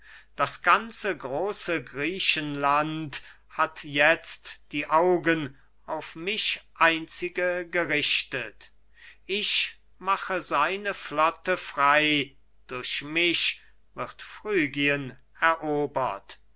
das ganze große griechenland hat jetzt die augen auf mich einzige gerichtet ich mache seine flotte frei durch mich wird phrygien erobert